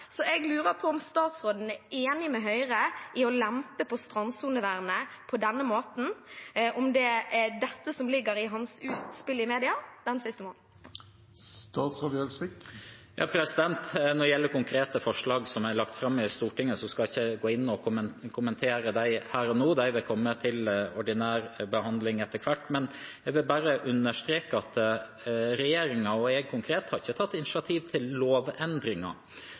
Så jeg lurer på om statsråden er enig med Høyre i å lempe på strandsonevernet på denne måten. Er det dette som ligger i hans utspill i media den siste måneden? Når det gjelder konkrete forslag som er lagt fram i Stortinget, skal jeg ikke kommentere dem her og nå. De vil komme til ordinær behandling etter hvert. Jeg vil bare understreke at regjeringen og jeg ikke har tatt noe initiativ til lovendringer.